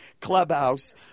clubhouse